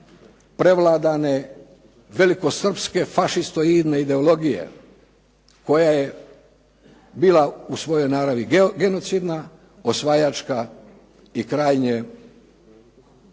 prevladane velikosrpske fašistoidne ideologije koje je bila u svojoj naravi genocidna, osvajačka i krajnje